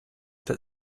that